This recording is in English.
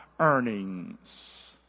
earnings